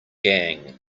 gang